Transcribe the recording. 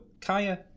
Kaya